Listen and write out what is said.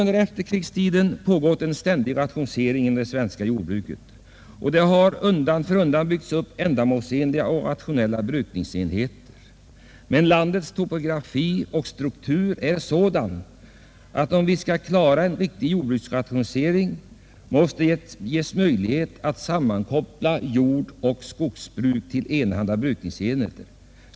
Under efterkrigstiden har det pågått en ständig rationalisering inom det svenska jordbruket, och det har undan för undan byggts upp ändamålsenliga och rationella brukningsenheter. Men landets topografiska struktur är sådan att om vi skall klara en riktig jordbruksrationalisering, måste det vara möjligt att sammankoppla jordoch skogsbruk till enahanda brukningsenheter.